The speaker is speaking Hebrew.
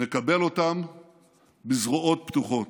נקבל אותם בזרועות פתוחות.